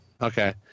Okay